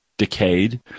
Decayed